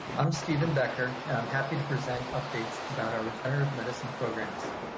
i'm stephen becker happy to present updates about our regenerative medicine programs.